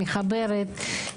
מחברת,